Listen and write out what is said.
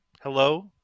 Hello